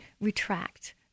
retract